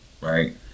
right